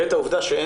ב', אי